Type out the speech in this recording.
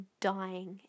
dying